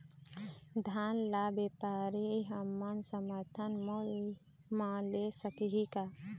धान ला व्यापारी हमन समर्थन मूल्य म ले सकही का?